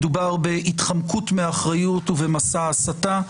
מדובר בהתחמקות מאחריות ובמסע הסתה.